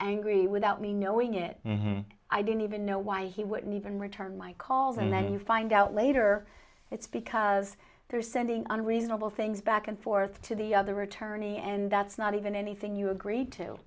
angry without me knowing it i didn't even know why he wouldn't even return my calls and then you find out later it's because they're sending unreasonable things back and forth to the other attorney and that's not even anything you agree to